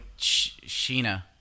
Sheena